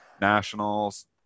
nationals